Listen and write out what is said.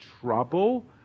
trouble